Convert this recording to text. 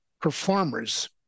performers